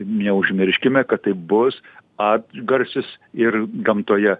neužmirškime kad taip bus atgarsis ir gamtoje